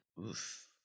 Oof